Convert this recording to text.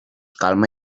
calma